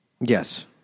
Yes